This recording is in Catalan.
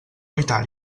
cuitar